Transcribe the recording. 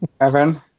Evan